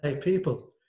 people